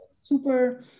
super